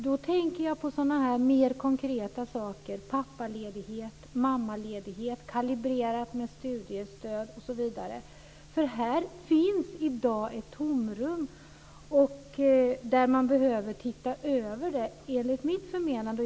Då tänker jag på mer konkreta saker som pappaoch mammaledighet kalibrerat med studiestöd osv. Här finns i dag ett tomrum som man enligt mitt förmenande behöver titta över.